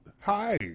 Hi